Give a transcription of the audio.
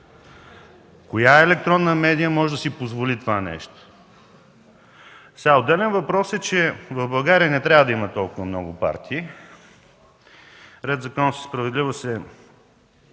Коя електронна медия може да си позволи това нещо? Отделен въпрос е, че в България не трябва да има толкова много партии. Ред, законност и справедливост